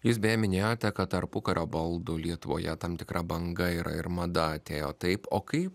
jūs beje minėjote kad tarpukario baldų lietuvoje tam tikra banga yra ir mada atėjo taip o kaip